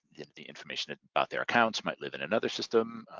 the information about their accounts might live in another system,